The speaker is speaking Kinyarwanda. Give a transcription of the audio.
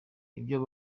ibyo